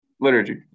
Liturgy